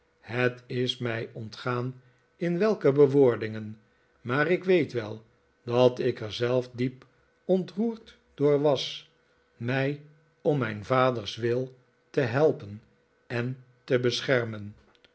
het is mij ontgaan in welke bewoordingen maar ik weet wel dat ik er zelf diep ontroerd door was mij om mijn vaders wil te helpen en te beschermen